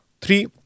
Three